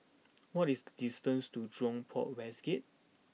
what is the distance to Jurong Port West Gate